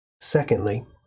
Secondly